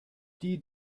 die